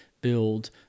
Build